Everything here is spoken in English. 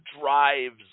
drives